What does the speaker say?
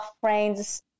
friends